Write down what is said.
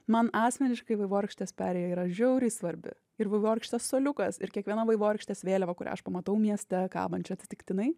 man asmeniškai vaivorykštės perėja yra žiauriai svarbi ir vaivorykštės suoliukas ir kiekviena vaivorykštės vėliava kurią aš pamatau mieste kabančią atsitiktinai